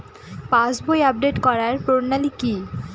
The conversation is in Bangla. পাসবই আপডেট করার প্রণালী কি?